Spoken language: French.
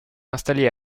installée